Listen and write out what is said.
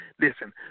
Listen